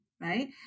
right